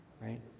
right